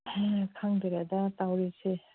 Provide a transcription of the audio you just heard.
ꯎꯝ ꯈꯪꯗꯔꯦꯗ ꯇꯧꯔꯤꯁꯦ